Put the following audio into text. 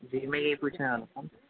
جی میں یہی پوچھنے والا تھا